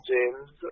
James